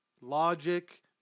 logic